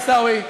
עיסאווי,